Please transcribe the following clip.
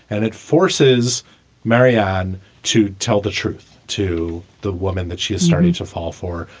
and it forces marianne to tell the truth to the woman that she is starting to fall for.